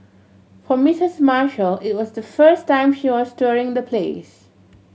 for Mistress Marshall it was the first time she was touring the place